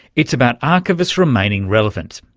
it's about archivists remaining relevant.